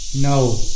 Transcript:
No